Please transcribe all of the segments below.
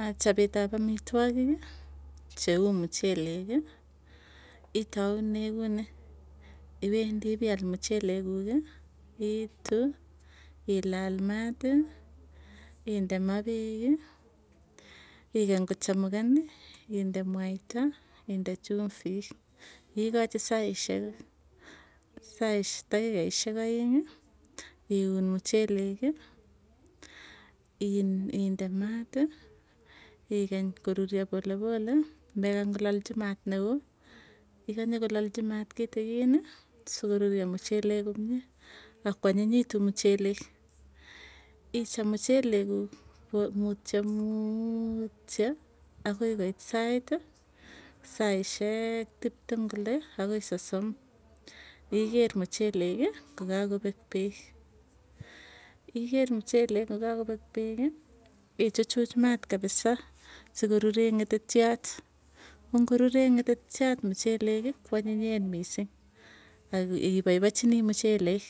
Acha petut ap amitwokik cheu mucheleki itaune kunii, iwendii ipial muchelek kuuki, iitu ilal maati inde maa peeki, ikany kochamukany inde mwaita inde chumvik ikachi saisyek taikaisyek aeng'ii. Iun mucheleki inde maati, igany koruryo polepole, mekany kolalchi maat neo iganye kolalchi maat kitikini, sukoruryo muchelek komie. Ak kwanyinyitu muchelek ichopmuchelek kuuk. Ko mutyo muutyo akoi koit saiti saiyek tiptem kole akoi sosom iker mucheleki ngok kakopek peek, iker muchelek ngokakopek peeki, ichuchuch maat kapisa sikoruree ng'etetiot ko ngoruree ng'etetiot mucheleki kwanyinyen misiing. Ak ipoipachinii muchelek,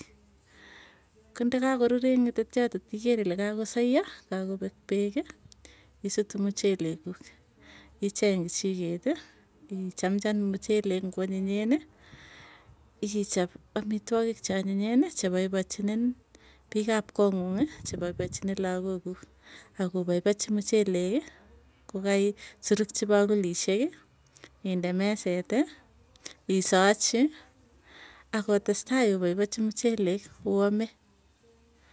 ko nde kakorur eng ng'etetiot otiker ile kakosaiyo kakopek peeki isutu muchelek kuuk. Icheng kichiketi ichamcham muchelek ngwanyinyeni, ichap amitwokiik chanyinyeni chepaipachinin piik ap kong'ungii chepaipachini lagook kuuk, akopaipachi mucheleki kokai surukchi pakulisheki inde meseti, isachi akotestai opaipachi muchelek oame.